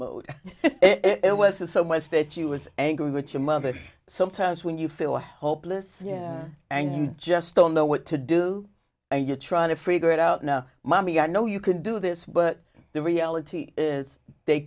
mode it wasn't so much that you was angry with your mother sometimes when you feel hopeless and you just don't know what to do and you're trying to figure it out now mommy i know you can do this but the reality they